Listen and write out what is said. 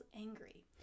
angry